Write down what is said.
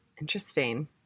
Interesting